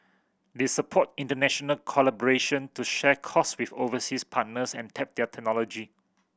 they support international collaboration to share cost with overseas partners and tap their technology